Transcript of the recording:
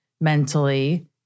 mentally